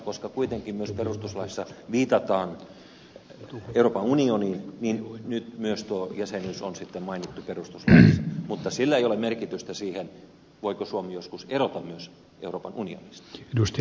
koska kuitenkin myös perustuslaissa viitataan euroopan unioniin niin nyt myös tuo jäsenyys on sitten mainittu perustuslaissa mutta sillä ei ole vaikutusta siihen voiko suomi joskus erota myös euroopan unionista